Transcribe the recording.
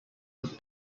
could